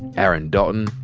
aaron dalton,